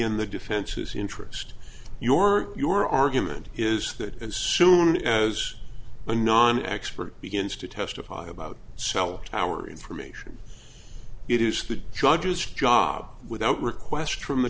in the defense's interest your your argument is that as soon as a non expert begins to testify about cell tower information it is the judge's job without request from the